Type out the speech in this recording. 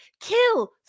Kill